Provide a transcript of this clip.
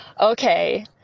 okay